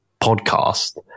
podcast